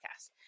podcast